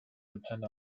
depend